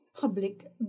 public